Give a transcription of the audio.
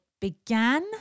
began